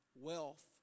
wealth